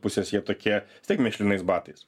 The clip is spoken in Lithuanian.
pusės jie tokie vis tiek mėšlinais batais